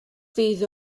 fydd